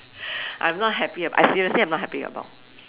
I'm not happy about I seriously am not happy about